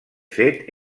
fet